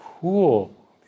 cool